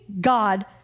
God